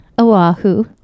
Oahu